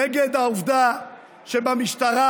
נגד העובדה שבמשטרה